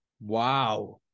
Wow